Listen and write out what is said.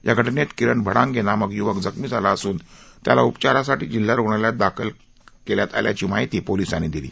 या घटनेत किरण भडांगे नामक युवक जखमी झाला असून त्याला उपचारासाठी जिल्हा रुग्णालयात दाखल केल्याची माहिती पोलिसांनी दिली